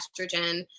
estrogen